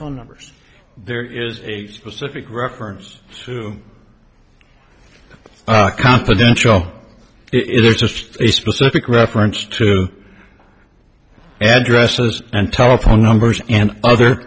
phone numbers there is a specific reference to confidential it or just a specific reference to addresses and telephone numbers and other